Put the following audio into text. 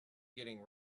getting